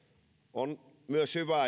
on myös hyvä